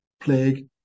plague